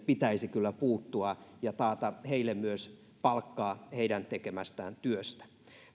pitäisi kyllä puuttua ja taata heille myös palkka heidän tekemästään työstä